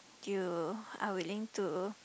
due are willing to